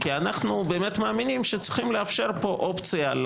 כי אנחנו באמת מאמינים שצריכים לאפשר פה אופציה.